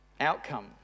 outcome